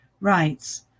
writes